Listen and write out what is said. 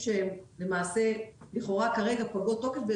אולי צריך מראות אחרות ברכב עצמאי,